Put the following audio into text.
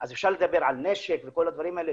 אז אפשר לדבר על נשק וכל הדברים האלה,